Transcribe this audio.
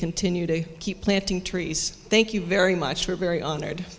continue to keep planting trees thank you very much for a very honored